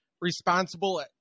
responsible –